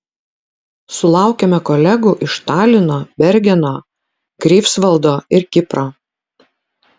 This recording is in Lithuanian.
sulaukėme kolegų iš talino bergeno greifsvaldo ir kipro